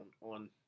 on